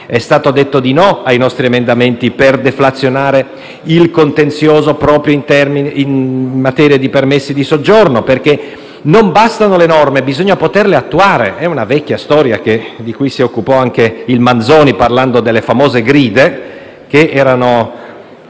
È stato detto di no ai nostri emendamenti per deflazionare il contenzioso proprio in materia di permessi di soggiorno. Colleghi, non bastano le norme, bisogna poterle attuare. È una vecchia storia di cui si occupò anche il Manzoni parlando delle famose gride, che erano